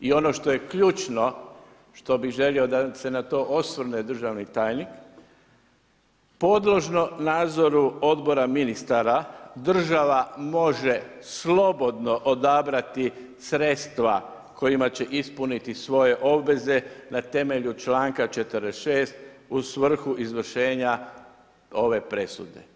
I ono što je ključno što bih želio da se na to osvrne državni tajnik podložnu nadzoru Odbora ministara država može slobodno odabrati sredstva kojima će ispuniti svoje obveze na temelju članka 46. u svrhu izvršenja ove presude.